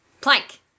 Plank